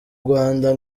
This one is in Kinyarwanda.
rwanda